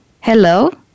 Hello